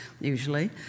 usually